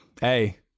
hey